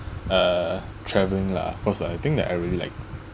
uh travelling lah cause I think that I really like